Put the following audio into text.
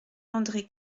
andré